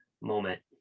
moment